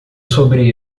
sobre